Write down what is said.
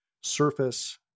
surface